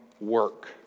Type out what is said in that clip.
work